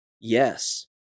Yes